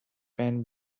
went